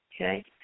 okay